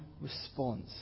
response